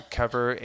cover